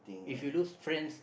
if you lose friends